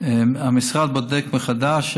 המשרד בוחן מחדש.